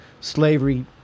slavery